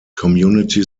community